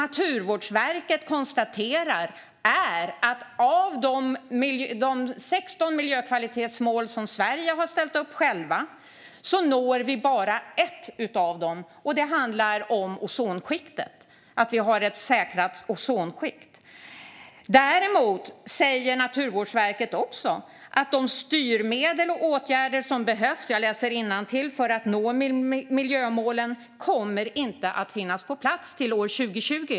Naturvårdsverket konstaterar nämligen att av de 16 miljökvalitetsmål som Sverige själva har ställt upp når vi bara ett, det som handlar om ett säkrat ozonskikt. Naturvårdsverket säger också - jag läser innantill - att de styrmedel och åtgärder som behövs för att nå miljömålen inte kommer att finnas på plats till år 2020.